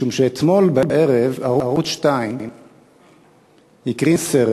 משום שאתמול בערב ערוץ 2 הקרין סרט